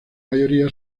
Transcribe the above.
mayoría